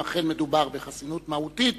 אם אכן מדובר בחסינות מהותית,